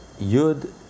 Yud